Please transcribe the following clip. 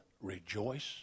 rejoice